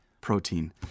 protein